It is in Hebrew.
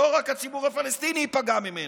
לא רק הציבור הפלסטיני ייפגע ממנו,